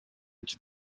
its